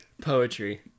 Poetry